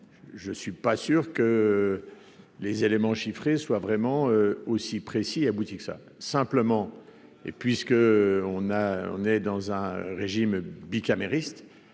je suis pas sûr que les éléments chiffrés soit vraiment aussi précis que ça simplement et puisque on a, on est dans un régime bicamérisme,